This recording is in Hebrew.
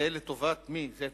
זה לטובת מי?